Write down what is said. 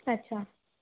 अच्छा